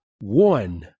one